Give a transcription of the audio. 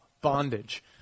bondage